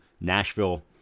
Nashville